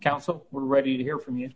council we're ready to hear from you